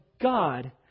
God